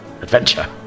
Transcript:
Adventure